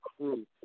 crew